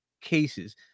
cases